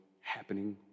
happening